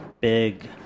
big